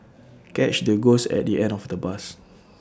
catch the ghost at the end of the bus